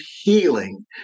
healing